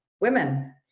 women